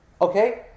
Okay